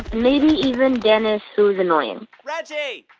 maybe even dennis, who is annoying reggie.